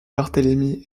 barthélémy